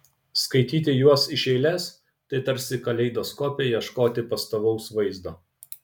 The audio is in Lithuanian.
skaityti juos iš eilės tai tarsi kaleidoskope ieškoti pastovaus vaizdo